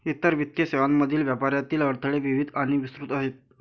इतर वित्तीय सेवांमधील व्यापारातील अडथळे विविध आणि विस्तृत आहेत